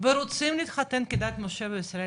ורוצים להתחתן כדת משה וישראל,